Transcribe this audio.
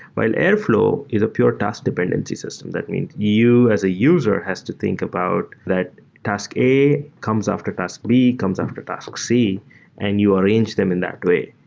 while airflow is a pure task dependency system. that means you as a user has to think about that task a, comes after task b, comes after task c and you arrange them in that way.